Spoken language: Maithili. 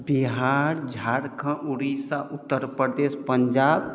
बिहार झारखण्ड उड़ीसा उत्तरप्रदेश पंजाब